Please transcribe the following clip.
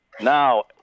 now